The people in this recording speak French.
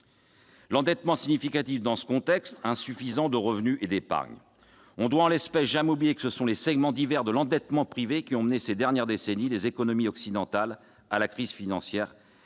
l'endettement signifie aussi, dans ce contexte, insuffisance de revenu et d'épargne. On ne doit, en l'espèce, jamais oublier que ce sont les segments divers de l'endettement privé qui ont mené, ces dernières décennies, les économies occidentales à la crise financière,